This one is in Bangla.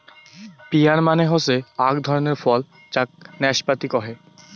পিয়ার মানে হসে আক ধরণের ফল যাক নাসপাতি কহে